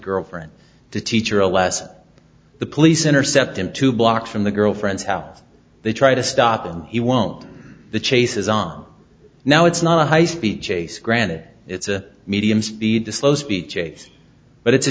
girlfriend the teacher alas the police intercept him two blocks from the girlfriend's house they try to stop and he won't the chase is on now it's not a high speed chase granted it's a medium speed to slow speed chase but it's a